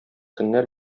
көннәр